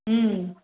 ம்